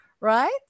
right